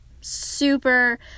super